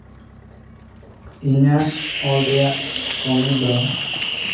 ᱤᱧᱟᱹᱜ ᱚᱞ ᱨᱮᱭᱟᱜ ᱠᱚᱢᱤ ᱫᱚ